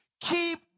keep